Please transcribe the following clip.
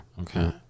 Okay